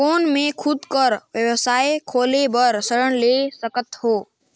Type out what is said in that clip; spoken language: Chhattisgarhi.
कौन मैं खुद कर व्यवसाय खोले बर ऋण ले सकत हो?